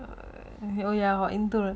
oh ya or endure